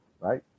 right